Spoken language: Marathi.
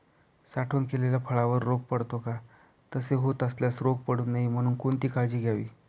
साठवण केलेल्या फळावर रोग पडतो का? तसे होत असल्यास रोग पडू नये म्हणून कोणती काळजी घ्यावी?